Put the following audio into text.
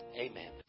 Amen